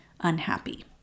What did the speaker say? unhappy